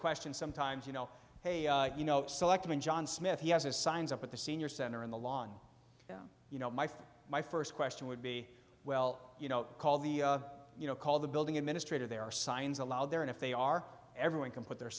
question sometimes you know hey you know selectman john smith he has his signs up at the senior center in the lawn you know my from my st question would be well you know call the you know call the building administrator there are signs allowed there and if they are everyone can put their